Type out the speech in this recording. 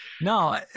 No